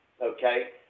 okay